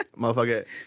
Motherfucker